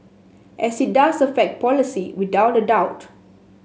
and it does affect policy without a doubt